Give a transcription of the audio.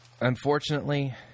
Unfortunately